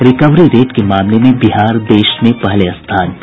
recovery rate के मामले में बिहार देश में पहले स्थान पर